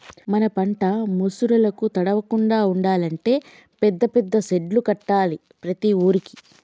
మన పంట ముసురులకు తడవకుండా ఉండాలి అంటే పెద్ద పెద్ద సెడ్డులు కట్టాలి ప్రతి ఊరుకి